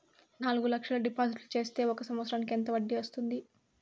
నాలుగు లక్షల డిపాజిట్లు సేస్తే ఒక సంవత్సరానికి ఎంత వడ్డీ వస్తుంది?